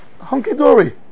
hunky-dory